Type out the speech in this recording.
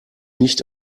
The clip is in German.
nicht